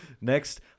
Next